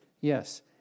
yes